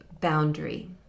boundary